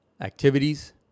activities